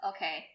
Okay